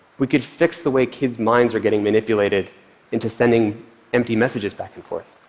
we could fix the way kids' minds are getting manipulated into sending empty messages back and forth.